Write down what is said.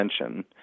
attention